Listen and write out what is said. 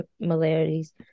similarities